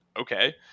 okay